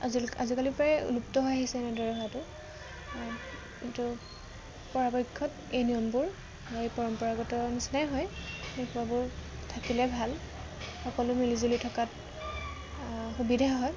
আজিকালি প্ৰায় লুপ্ত হৈ আহিছে এনেদৰেটো কিন্তু পৰাপক্ষত এই নিয়মবোৰ বা এই পৰম্পৰাগতৰ নিচিনাই হয় থাকিলে ভাল সকলো মিলিজুলি থকাত সুবিধা হয়